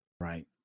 Right